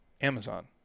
Amazon